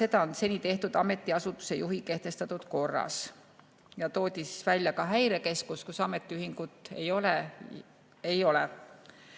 Seda on seni tehtud ametiasutuse juhi kehtestatud korras. Toodi välja ka Häirekeskus, kus ametiühingut ei ole.